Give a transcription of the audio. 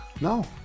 No